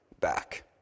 back